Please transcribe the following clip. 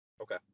Okay